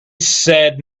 said